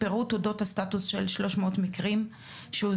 פירוט אודות הסטטוס של ה-300 מקרים שהוזכרו